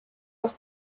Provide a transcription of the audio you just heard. aus